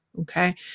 okay